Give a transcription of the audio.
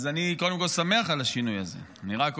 אז אני קודם כול שמח על השינוי הזה, אני רק אומר,